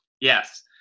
Yes